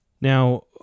Now